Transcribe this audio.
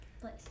Place